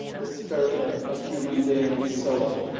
the spirit of a human being and so on.